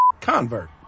convert